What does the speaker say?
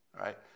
right